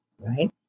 right